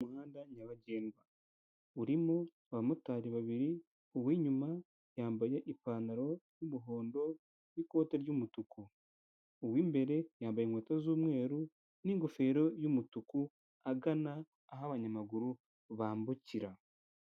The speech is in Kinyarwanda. Umuhanda nyabagendwa urimo abamotari babiri uw'inyuma yambaye ipantaro y'umuhondo n'ikote ry'umutuku, uw'imbere yambaye inkweto z'umweru n'ingofero y'umutuku agana aho abanyamaguru bambukira.